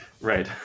Right